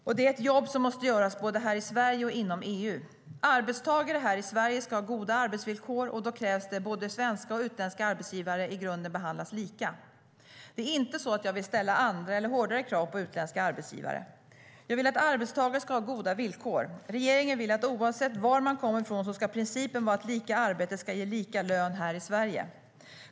Och det är ett jobb som måste göras både här i Sverige och inom EU.Det är inte så att jag vill ställa andra och hårdare krav på utländska arbetsgivare. Jag vill att arbetstagare ska ha goda villkor. Regeringen vill att oavsett var man kommer ifrån ska principen vara att lika arbete ska ge lika lön här i Sverige.